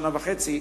שנה וחצי,